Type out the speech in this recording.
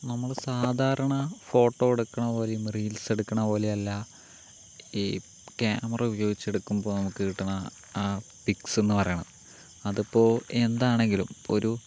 നമ്മള് സാധാരണ ഫോട്ടോ എടുക്കുന്ന പോലെയും റീൽസ് എടുക്കണ പോലെയും അല്ല ഈ ക്യാമറ ഉപയോഗിച്ചെടുക്കുമ്പോൾ നമുക്ക് കിട്ടണ ആ പിക്സ് എന്ന് പറയുന്ന അതിപ്പോൾ എന്താണെങ്കിലും ഇപ്പോൾ ഒരു